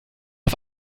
auf